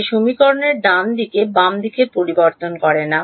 যে সমীকরণের ডানদিকে বাম দিক পরিবর্তন করে না